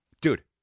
Dude